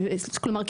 כלומר,